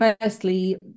Firstly